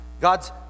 God's